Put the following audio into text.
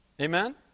Amen